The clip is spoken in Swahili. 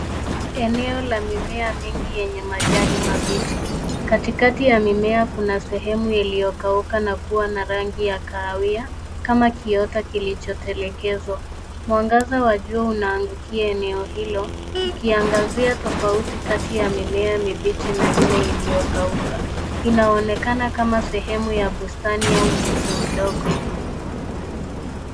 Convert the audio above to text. Eneo la mimea mingi yenye majani kibichi. Katikati ya mimea kuna sehemu iliyokauka na kuwa na rangi ya kahawia kama kiota kilichotelekezwa. Mwangaza wa jua unaangukia eneo hilo ukiangazia tofauti kati ya mimea mibichi na ile iliyokauka. Inaonekana kama sehemu ya bustani au msitu mdogo.